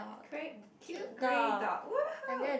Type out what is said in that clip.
correct cute grey dog !woohoo!